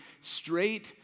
straight